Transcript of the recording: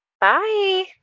Bye